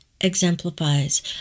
exemplifies